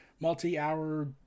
multi-hour